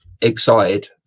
excited